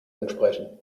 entsprechen